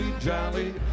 jolly